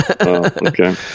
Okay